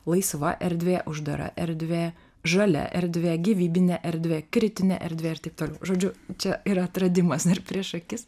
laisva erdvė uždara erdvė žalia erdvė gyvybinė erdvė kritinė erdvė ir taip toliau žodžiu čia ir atradimas dar prieš akis